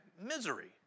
misery